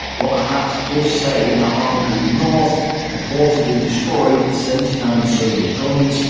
but haupt does say that army group north reportedly destroyed seventy nine soviet guns,